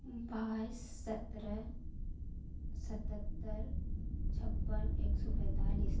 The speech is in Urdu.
بائیس سترہ ستہتر چھپن ایک سو پینتالیس